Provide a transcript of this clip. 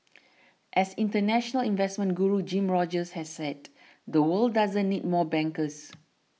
as international investment guru Jim Rogers has said the world doesn't need more bankers